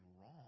wrong